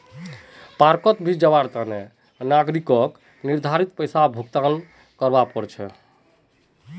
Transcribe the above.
पार्कोंत भी जवार तने नागरिकक निर्धारित पैसा भुक्तान करवा पड़ छे